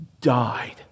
died